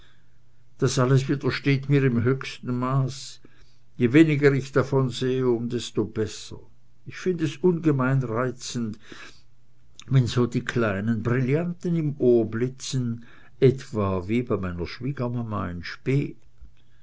das alles widersteht mir im höchsten maße je weniger ich davon sehe desto besser ich find es ungemein reizend wenn so die kleinen brillanten im ohre blitzen etwa wie bei meiner schwiegermama in spe